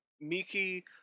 Miki